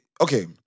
okay